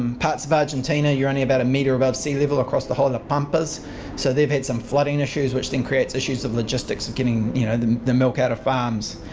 um parts of argentina you're only about a metre above sea level across the whole of pampas so they've had some flooding issues which then create issues of logistics of getting you know the the milk out of farms.